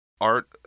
art